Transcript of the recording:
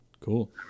Cool